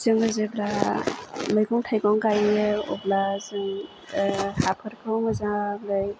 जोङो जेब्ला मैगं थाइगं गायो अब्ला जों हाफोरखौ मोजाङै